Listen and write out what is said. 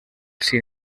sin